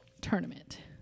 tournament